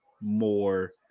more